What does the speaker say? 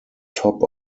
top